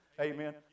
amen